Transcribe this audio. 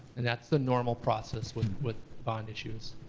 and that's the normal process with with bond issuance.